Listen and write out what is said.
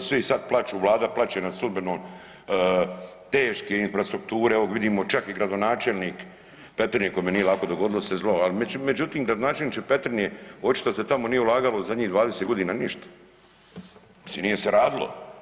Sad plaču, Vlada plače nad sudbinom teške infrastrukture, evo vidimo čak i gradonačelnik Petrinje kome nije lako dogodilo se zlo, ali međutim gradonačelniče Petrinje očito se tamo nije ulagalo zadnjih 20 godina ništa, mislim nije se radilo.